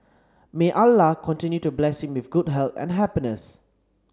may Allah continue to bless him with good health and happiness